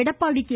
Edappadi K